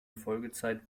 folgezeit